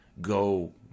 go